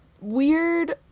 weird